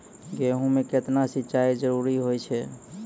गेहूँ म केतना सिंचाई जरूरी होय छै?